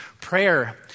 Prayer